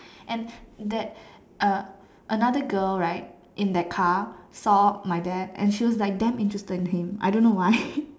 and that uh another girl right in that car right saw my dad and she was like damn interested in him I don't know why